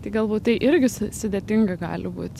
tai galbūt tai irgi su sudėtinga gali būt